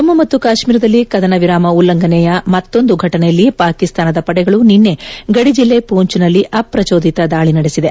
ಜಮ್ಮು ಮತ್ತು ಕಾಶ್ಮೀರದಲ್ಲಿ ಕದನ ವಿರಾಮ ಉಲ್ಲಂಘನೆಯ ಮತ್ತೊಂದು ಘಟನೆಯಲ್ಲಿ ಪಾಕಿಸ್ತಾನದ ಪಡೆಗಳು ನಿನ್ನೆ ಗಡಿ ಜಿಲ್ಲೆ ಪೂಂಚ್ನಲ್ಲಿ ಅಪ್ರಚೋದಿತ ದಾಳಿ ನಡೆಸಿದೆ